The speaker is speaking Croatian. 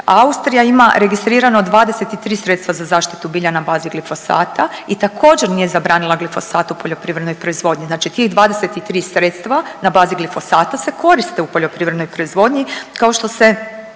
Austrija ima registrirano 23 sredstva za zaštitu bilja na bazi glifosata i također nije zabranila glifosat u poljoprivrednoj proizvodnji. Znači tih 23 sredstava na bazi glifosata se koriste u poljoprivrednoj proizvodnji kao što se